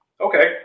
Okay